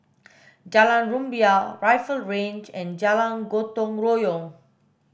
Jalan Rumbia Rifle Range and Jalan Gotong Royong